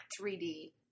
3D